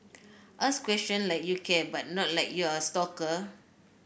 ask question like you care but not like you're a stalker